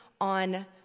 on